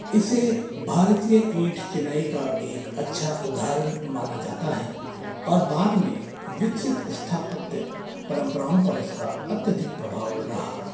इसे भारतीय ईंट चिनाई का एक अच्छा उदाहरण माना जाता है और बाद में विकसित स्थापत्य परंपराओं पर इसका अत्यधिक प्रभाव रहा